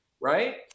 Right